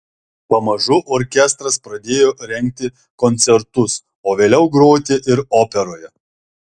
pamažu orkestras pradėjo rengti koncertus o vėliau groti ir operoje